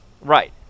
Right